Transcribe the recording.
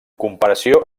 comparació